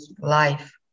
life